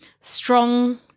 strong